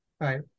right